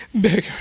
bigger